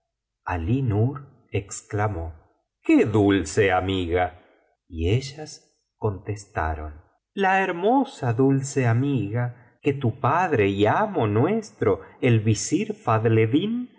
alí nur exclamó qué dulce amiga y ellas contestaron la hermosa dulce amiga que tu padre y amo nuestro el visir